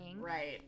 right